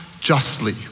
justly